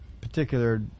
particular